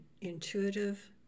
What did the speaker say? intuitive